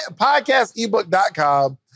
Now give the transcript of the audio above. podcastebook.com